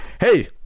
Hey